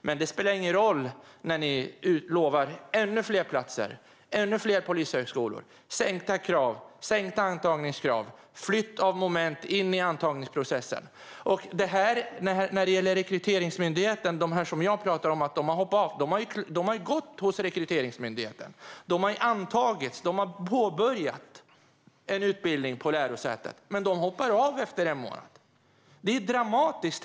Men detta spelar ingen roll när ni utlovar ännu fler platser och ännu fler polishögskolor. Det blir sänkta antagningskrav, flytt av moment in i antagningsprocessen och så vidare. De personer som jag talar om, som har hoppat av, har ju antagits av Rekryteringsmyndigheten. De har antagits och påbörjat en utbildning vid ett lärosäte, men de hoppar av efter en månad. Det är dramatiskt.